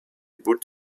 boult